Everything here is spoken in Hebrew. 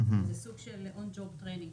זה סוג של on the job training כזה,